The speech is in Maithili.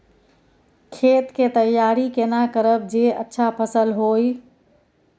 खेत के तैयारी केना करब जे अच्छा फसल होय?